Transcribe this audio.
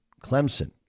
Clemson